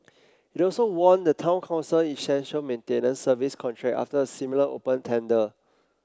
it also won the Town Council essential maintenance service contract after a similar open tender